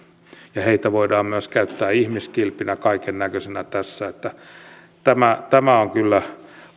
heitä voidaan myös käyttää ihmiskilpinä ja kaikennäköisenä tässä tämä tämä on kyllä